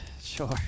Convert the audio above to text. sure